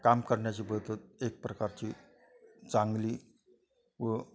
काम करण्याची पद्धत एक प्रकारची चांगली व